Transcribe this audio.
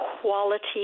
quality